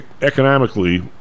economically